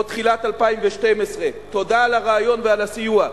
או תחילת 2012. תודה על הרעיון ועל הסיוע.